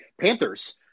Panthers